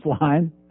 line